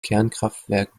kernkraftwerk